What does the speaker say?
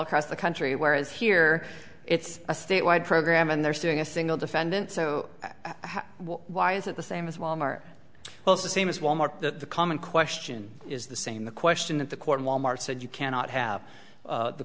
across the country whereas here it's a statewide program and they're doing a single defendant so why is it the same with wal mart well it's the same as wal mart the common question is the same the question that the court wal mart said you cannot have